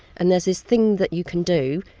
and there's this thing that you can do,